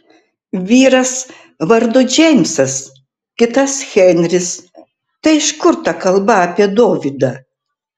vyras vardu džeimsas kitas henris tai iš kur ta kalba apie dovydą